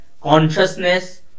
consciousness